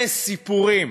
זה סיפורים.